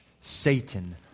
Satan